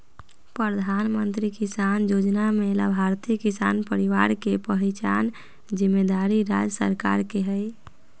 प्रधानमंत्री किसान जोजना में लाभार्थी किसान परिवार के पहिचान जिम्मेदारी राज्य सरकार के हइ